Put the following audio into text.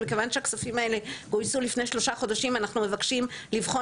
ומכיוון שהכספים האלה גויסו לפני שלושה חודשים אנחנו מבקשים לבחון